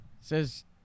says